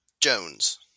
Jones